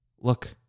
Look